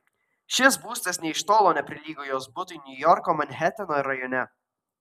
šis būstas nė iš tolo neprilygo jos butui niujorko manheteno rajone